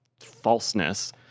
falseness